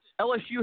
LSU